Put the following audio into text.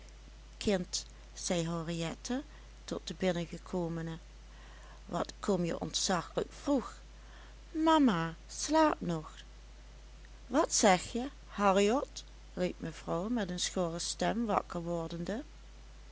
zei henriette tot de binnengekomene wat kom je ontzaglijk vroeg mama slaapt nog wat zegje harriot riep mevrouw met een schorre stem wakker wordende